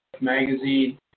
Magazine